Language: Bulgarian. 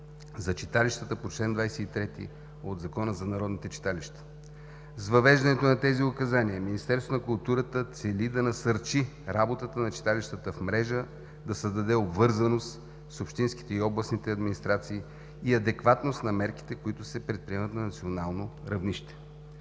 за читалищата по чл. 23 от Закона за народните читалища. С въвеждането на тези Указания Министерство на културата цели да насърчи работата на читалищата в мрежа, да създаде обвързаност с общинските и областните администрации и адекватност на мерките, които се предприемат на национално равнище.